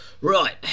right